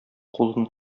кулын